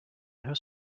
her